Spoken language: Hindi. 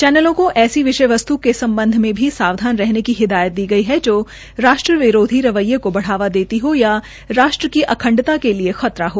चैनलों केा ऐसी विषय वस्त् के सम्बध में भी सावधान रहने की हिदायत दी गई है जो राष्ट्र विरोधी रवैये को बढ़ावा देती हो या राष्ट्र की अखंडता के लिए खतरा हो